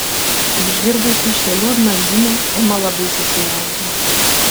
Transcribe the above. išgirdusi šią liūdną žinią ema labai susijaudino